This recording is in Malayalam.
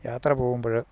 യാത്ര പോകുമ്പഴ്